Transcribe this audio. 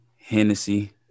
Hennessy